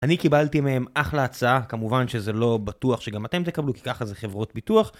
אני קיבלתי מהם אחלה הצעה, כמובן שזה לא בטוח שגם אתם תקבלו כי ככה זה חברות ביטוח